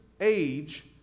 age